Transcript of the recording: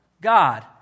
God